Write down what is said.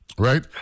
Right